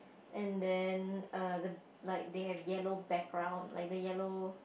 and then err the like they have yellow background like the yellow